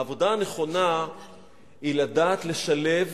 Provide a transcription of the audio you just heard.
העבודה הנכונה היא לדעת לשלב